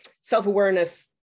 self-awareness